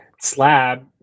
slab